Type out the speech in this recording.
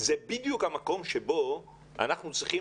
שהיא בדיוק המקום שבו אנחנו צריכים